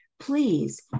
Please